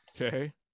Okay